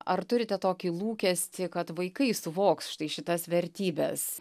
ar turite tokį lūkestį kad vaikai suvoks štai šitas vertybes